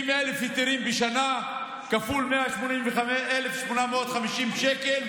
70,000 היתרים בשנה כפול 1,850 שקל,